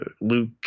Luke